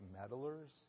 meddlers